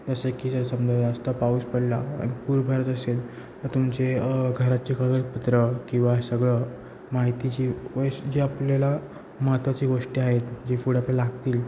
जसं की जर समजा जास्त पाऊस पडला आणि पूर भरत असेल तर तुमचे घराचे कागदपत्र किंवा सगळं माहितीची वय जे आपल्याला महत्त्वाची गोष्टी आहेत जे पुढं आपल्या लागतील